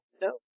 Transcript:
No